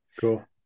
Cool